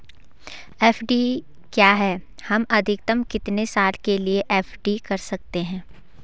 FD क्या है हम अधिकतम कितने साल के लिए एफ.डी कर सकते हैं?